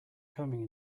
coming